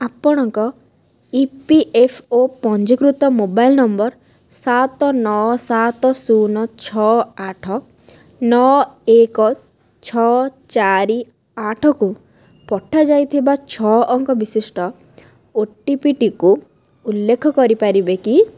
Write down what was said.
ଆପଣଙ୍କ E P F ଓ ପଞ୍ଜୀକୃତ ମୋବାଇଲ୍ ନମ୍ବର୍ ସାତ ନଅ ସାତ ଶୂନ ଛଅ ଆଠ ନଅ ଏକ ଛଅ ଚାରି ଆଠକୁ ପଠାଯାଇଥିବା ଛଅ ଅଙ୍କ ବିଶିଷ୍ଟ ଓଟିପିଟିକୁ ଉଲ୍ଲେଖ କରିପାରିବେ କି